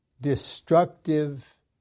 destructive